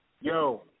Yo